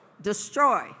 destroy